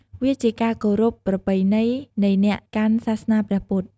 វាជាការគោរពប្រពៃណីនៃអ្នកកាន់សាសនាព្រះពុទ្ធ។